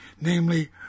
namely